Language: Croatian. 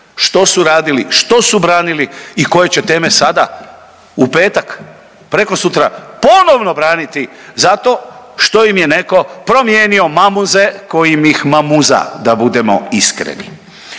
što su radili, što su branili i koje će teme sada u petak, prekosutra ponovno braniti zato što im je netko promijenio mamuze kojim ih mamuza da budemo iskreni.